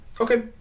Okay